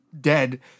dead